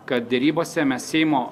kad derybose mes seimo